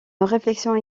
réflexion